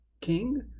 king